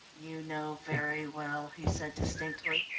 you know very well, he said distinctly,